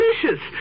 delicious